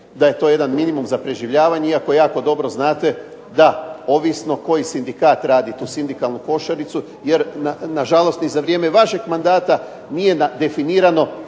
da je to jedan minimum za preživljavanje iako dobro znate da ovisno koji sindikat radi tu sindikalnu košaricu, jer nažalost ni za vrijeme vašeg mandata nije definirano